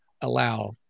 allow